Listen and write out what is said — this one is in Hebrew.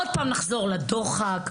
עוד פעם נחזור לדוחק,